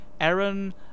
Aaron